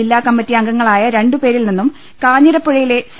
ജില്ലാകമ്മിറ്റിയംഗങ്ങളായ രണ്ടുപേരിൽനിന്നും കാഞ്ഞിരപ്പുഴയിലെ രണ്ട് സി